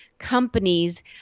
Companies